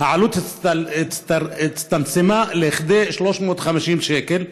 העלות הצטמצמה ל-350 שקל,